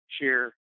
share